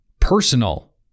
personal